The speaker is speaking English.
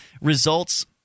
results